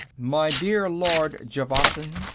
my dear lord javasan,